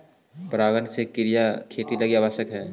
परागण के क्रिया खेती लगी आवश्यक हइ